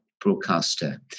broadcaster